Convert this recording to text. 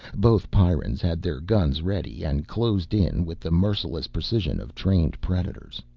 both pyrrans had their guns ready and closed in with the merciless precision of trained predators.